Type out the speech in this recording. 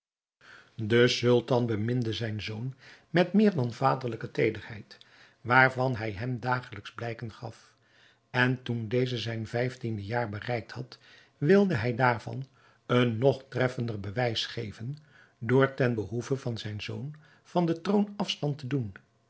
de sultan beminde zijn zoon met meer dan vaderlijke teederheid waarvan hij hem dagelijks blijken gaf en toen deze zijn vijftiende jaar bereikt had wilde hij daarvan een nog treffender bewijs geven door ten behoeve van zijn zoon van den troon afstand te doen